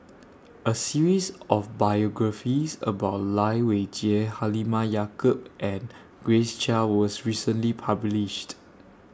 A series of biographies about Lai Weijie Halimah Yacob and Grace Chia was recently published